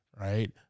Right